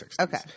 Okay